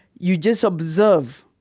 you just observe.